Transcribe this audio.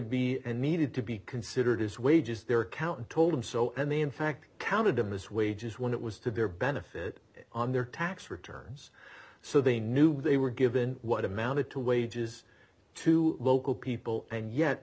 be and needed to be considered as wages their count told him so and they in fact counted them as wages when it was to their benefit on their tax returns so they knew they were given what amounted to wages to local people and yet